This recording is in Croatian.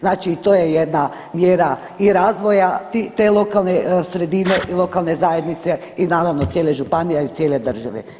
Znači i to je jedna mjera i razvoja te lokalne sredine i lokalne zajednice i naravno cijele županije, ali i cijele države.